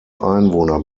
einwohner